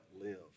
live